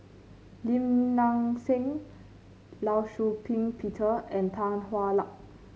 Lim Nang Seng Law Shau Ping Peter and Tan Hwa Luck